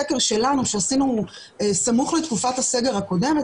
סקר שלנו שעשינו סמוך לתקופת הסגר הקודמת,